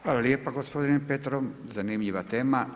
Hvala lijepa gospodine Petrov, zanimljiva tema.